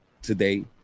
today